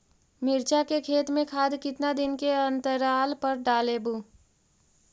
मिरचा के खेत मे खाद कितना दीन के अनतराल पर डालेबु?